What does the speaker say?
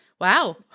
wow